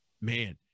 man